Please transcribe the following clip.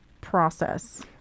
process